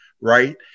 Right